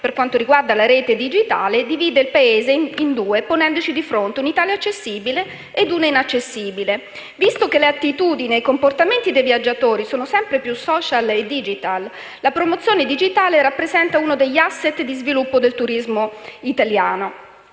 per quanto riguarda la rete digitale, divide il Paese in due, ponendoci di fronte un'Italia accessibile ed una inaccessibile. Visto che l'attitudine e i comportamenti dei viaggiatori sono sempre più *social* e *digital*, la promozione digitale rappresenta uno degli *asset* di sviluppo del turismo italiano.